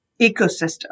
ecosystem